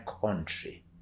country